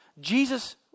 jesus